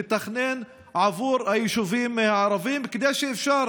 לתכנן עבור היישובים הערביים כדי שיהיה אפשר